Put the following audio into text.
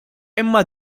imma